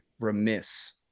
remiss